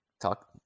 talk